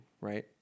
right